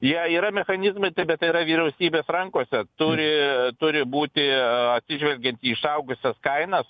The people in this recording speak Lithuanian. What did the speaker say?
jie yra mechanizmai tai bet tai yra vyriausybės rankose turi turi būti atsižvelgiant į išaugusias kainas